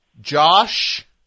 Josh